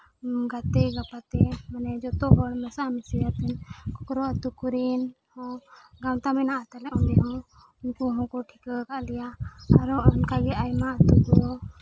ᱜᱟᱛᱮ ᱜᱟᱯᱟᱛᱮ ᱢᱟᱱᱮ ᱡᱚᱛᱚ ᱦᱚᱲ ᱢᱮᱥᱟᱼᱢᱤᱥᱤ ᱠᱟᱛᱮᱫ ᱠᱷᱚᱠᱨᱚ ᱟᱹᱛᱩ ᱠᱚᱨᱮᱱ ᱦᱚᱸ ᱜᱟᱶᱛᱟ ᱢᱮᱱᱟᱜᱼᱟ ᱛᱟᱞᱮ ᱚᱸᱰᱮ ᱦᱚᱸ ᱩᱱᱠᱩ ᱦᱚᱸᱠᱚ ᱴᱷᱤᱠᱟᱹ ᱟᱠᱟᱫ ᱞᱮᱭᱟ ᱟᱨᱚ ᱚᱱᱠᱟ ᱜᱮ ᱟᱭᱢᱟ ᱟᱹᱛᱩ ᱠᱚ